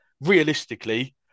realistically